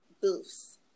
booths